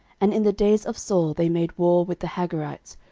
and in the days of saul they made war with the hagarites,